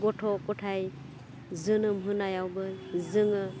गथ' गथाय जोनोम होनायावबो जोङो